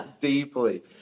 deeply